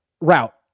route